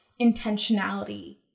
intentionality